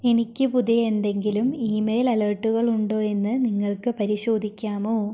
എനിക്ക് പുതിയ എന്തെങ്കിലും ഇമെയിൽ അലേർട്ടുകൾ ഉണ്ടോ എന്ന് നിങ്ങൾക്ക് പരിശോധിക്കാമോ